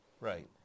right